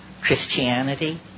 Christianity